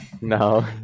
No